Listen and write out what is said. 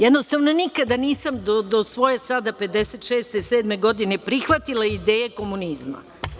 Jednostavno nikada nisam do svoje sada 56, 57 godine prihvatila ideje komunizma.